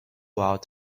out